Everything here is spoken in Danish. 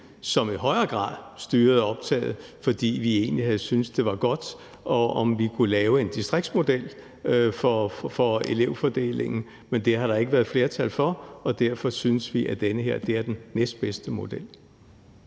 som i højere grad styrede optaget, fordi vi egentlig havde syntes, det var godt, om vi kunne lave en distriktsmodel for elevfordelingen, men det har der ikke været flertal for, og derfor synes vi, at den her er den næstbedste model.